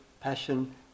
passion